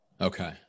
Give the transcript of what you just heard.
Okay